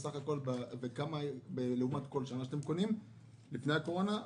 כמה לעומת כל שנה אתם קונים לפני הקורונה?